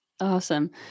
Awesome